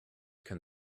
can